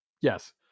Yes